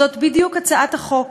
זאת בדיוק הצעת החוק